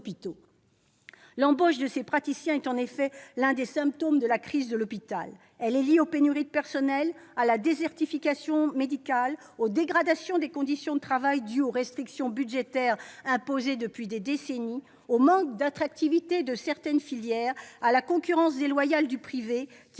L'embauche de ces praticiens est en effet l'un des symptômes de la crise de l'hôpital. Elle est liée aux pénuries de personnel, à la désertification médicale, aux dégradations des conditions de travail dues aux restrictions budgétaires imposées depuis des décennies, au manque d'attractivité de certaines filières, à la concurrence déloyale du secteur